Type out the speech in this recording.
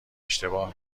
اشتباه